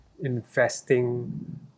investing